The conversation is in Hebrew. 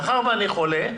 מאחר ואני חולה,